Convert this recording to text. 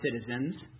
citizens